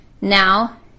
Now